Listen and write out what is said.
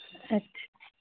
अच्छा